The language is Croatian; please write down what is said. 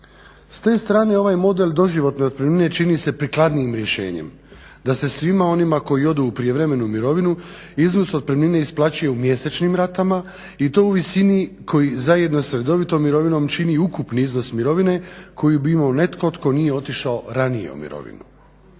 S te strane ovaj model doživotne otpremnine čini se prikladnijim rješenjem da se svima onima koji odu u prijevremenu mirovinu iznos otpremnine isplaćuje u mjesečnim ratama i to u visini koji zajedno s redovitom mirovinom čini ukupni iznos mirovine koji bi imao netko koji bi otišao ranije u mirovinu.